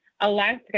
Alaska